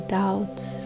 doubts